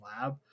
lab